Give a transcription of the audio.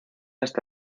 hasta